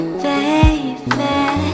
baby